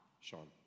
Sean